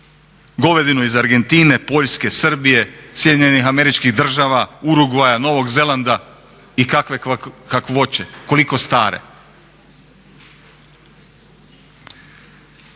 govedinu iz Argentine, Poljske, Srbije, SAD-a, Urugvaja, Novog Zelanda i kakve kakvoće, koliko stare.